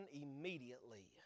immediately